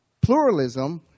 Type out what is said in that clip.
pluralism